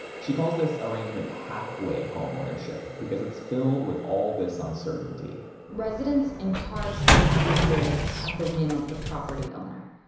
she calls this arrangement halfway-home ownership, because it's filled with all this uncertainty residents in parks basically live at the whim of the property owner,